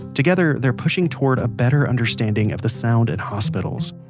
together, they're pushing towards a better understanding of the sound in hospitals.